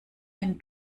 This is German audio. ein